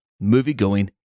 movie-going